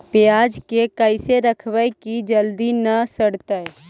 पयाज के कैसे रखबै कि जल्दी न सड़तै?